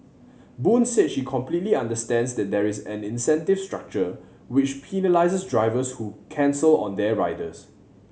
Boon said she completely understands that there is an incentive structure which penalises drivers who cancel on their riders